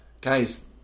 Guys